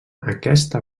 aquesta